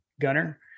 Gunner